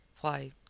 Why